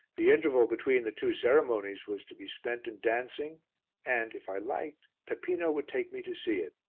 the interval between the two ceremonies was to be spent in dancing and, if i liked, peppino would take me to see it.